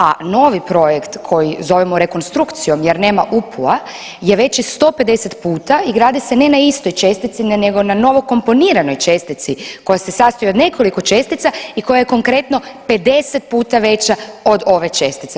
A novi projekt koji zovemo rekonstrukcijom jer nema UPU-a je veći 150 puta i gradi se na istoj čestici nego na novo komponiranoj čestici koja se sastoji od nekoliko čestica i koja je konkretno 50 puta veća od ove čestice.